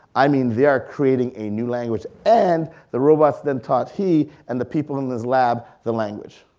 i mean they are creating a new language and the robots then taught he and the people in his lab the language.